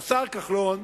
השר כחלון,